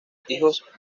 hijos